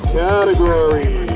category